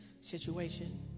situation